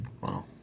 Wow